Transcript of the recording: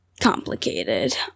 complicated